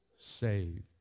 saved